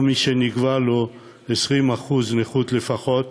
או מי שנקבעו לו 20% לפחות,